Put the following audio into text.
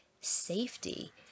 safety